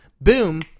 Boom